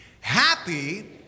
Happy